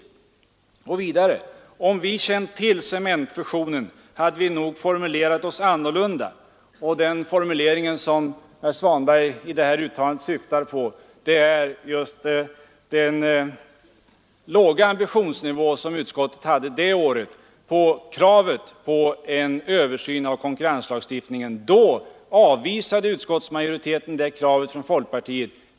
Vidare säger han att om vi känt till cementfusionen, hade vi nog formulerat oss annorlunda. Vad herr Svanberg i detta uttalande syftar på är just den låga ambitionsnivå som utskottet hade det året i fråga om kravet på en översyn av konkurrenslagstiftningen. Då avvisade utskottsmajoriteten det kravet från folkpartiet.